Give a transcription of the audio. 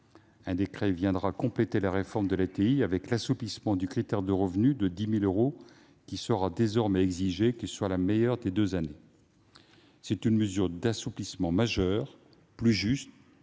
Un décret complétera la réforme de cette allocation, avec l'assouplissement du critère de revenu de 10 000 euros, qui ne sera désormais exigé que sur la meilleure des deux années. C'est une mesure d'assouplissement majeur, une